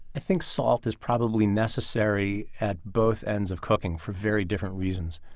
i think salt is probably necessary at both ends of cooking, for very different reasons.